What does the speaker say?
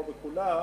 לא בכולה,